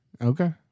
Okay